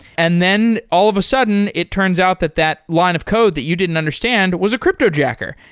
and then all of a sudden it turns out that that line of code that you didn't understand was a cryptojacker,